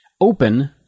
open